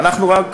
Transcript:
אנחנו רק